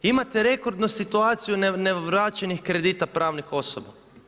Imate rekordnu situaciju nevraćenih kredita pravnih osoba.